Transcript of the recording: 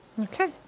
Okay